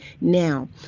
now